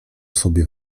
sobie